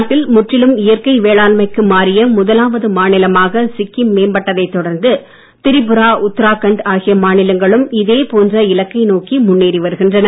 நாட்டில் முற்றிலும் இயற்கை வேளாண்மைக்கு மாறிய முதலாவது மாநிலமாக சிக்கிம் மேம்பட்டதைத் தொடர்ந்து திரிபுரா உத்தராகண்ட் ஆகிய மாநிலங்களும் இதே போன்ற இலக்கை நோக்கி முன்னேறி வருகின்றன